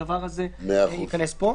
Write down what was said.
הדבר הזה ייכנס פה.